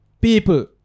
People